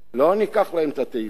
לא ניקח להם את התהילה שלהם.